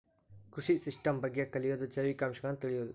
ಕೃಷಿ ಸಿಸ್ಟಮ್ ಬಗ್ಗೆ ಕಲಿಯುದು ಜೈವಿಕ ಅಂಶಗಳನ್ನ ತಿಳಿಯುದು